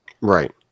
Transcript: right